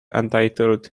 entitled